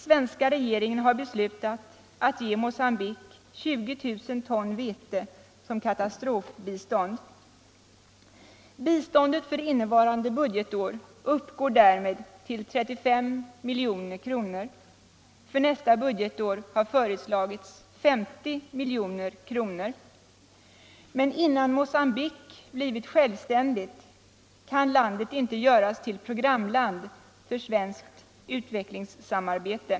Svenska regeringen har beslutat att ge Mogambique 20 000 ton vete som katastrofbistånd. Biståndet för innevarande budgetår uppgår därmed till 35 milj.kr. För nästa budgetår har föreslagits 50 milj.kr. Men innan Mogambique blivit självständigt, kan landet inte göras till programland för svenskt utvecklingsarbete.